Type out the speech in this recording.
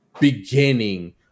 beginning